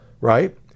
right